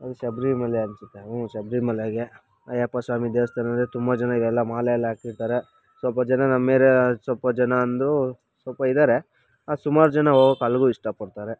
ಅದು ಶಬರಿ ಮಲೆ ಅನ್ನಿಸುತ್ತೆ ಹ್ಞೂ ಶಬರಿ ಮಲೆಗೆ ಅಯ್ಯಪ್ಪ ಸ್ವಾಮಿ ದೇವಸ್ಥಾನಂದ್ರೆ ತುಂಬ ಜನ ಈಗೆಲ್ಲ ಮಾಲೆಯೆಲ್ಲ ಹಾಕಿರ್ತಾರೆ ಸ್ವಲ್ಪ ಜನ ನಮ್ಮ ಏರಿಯ ಸ್ವಲ್ಪ ಜನ ಒಂದು ಸ್ವಲ್ಪ ಇದ್ದಾರೆ ಆ ಸುಮಾರು ಜನ ಹೋಗೋಕೆ ಅಲ್ಲಿಗೂ ಇಷ್ಟಪಡ್ತಾರೆ